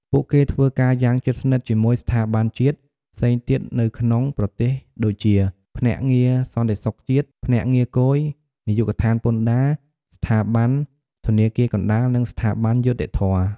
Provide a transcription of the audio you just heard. ពួកគេធ្វើការយ៉ាងជិតស្និទ្ធជាមួយ ស្ថាប័នជាតិ ផ្សេងទៀតនៅក្នុងប្រទេសដូចជា ភ្នាក់ងារសន្តិសុខជាតិ ភ្នាក់ងារគយ នាយកដ្ឋានពន្ធដារ ស្ថាប័នធនាគារកណ្តាល និងស្ថាប័នយុត្តិធម៌។